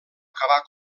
acabar